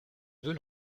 veut